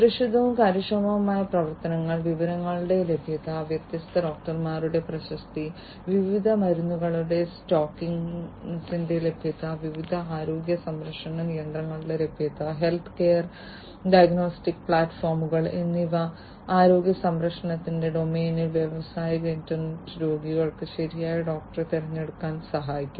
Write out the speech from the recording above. സുരക്ഷിതവും കാര്യക്ഷമവുമായ പ്രവർത്തനങ്ങൾ വിവരങ്ങളുടെ ലഭ്യത വ്യത്യസ്ത ഡോക്ടർമാരുടെ പ്രശസ്തി വിവിധ മരുന്നുകളുടെ സ്റ്റോക്കിന്റെ ലഭ്യത വിവിധ ആരോഗ്യ സംരക്ഷണ യന്ത്രങ്ങളുടെ ലഭ്യത ഹെൽത്ത് കെയർ ഡയഗ്നോസ്റ്റിക് പ്ലാറ്റ്ഫോമുകൾ എന്നിവ ആരോഗ്യ സംരക്ഷണ ഡൊമെയ്നിൽ വ്യാവസായിക ഇന്റർനെറ്റ് രോഗികൾക്ക് ശരിയായ ഡോക്ടറെ തിരഞ്ഞെടുക്കാൻ സഹായിക്കും